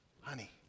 Honey